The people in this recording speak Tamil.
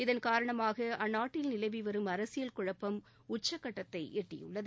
இதன்காரணமாக அந்நாட்டில் நிலவி வரும் அரசியல் குழப்பம் உச்சக்கட்டத்தை எட்டியுள்ளது